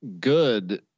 good